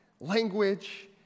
language